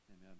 amen